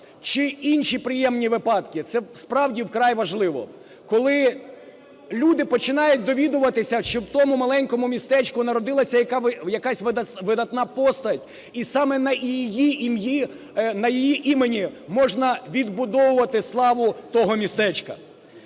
чи інші приємні випадки. Це справді вкрай важливо. Коли люди починають довідуватися, що в тому маленькому містечку народилася якась видатна постать і саме на її імені можна відбудовувати славу того містечка.